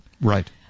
Right